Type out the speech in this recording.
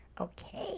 Okay